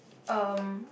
um